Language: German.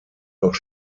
noch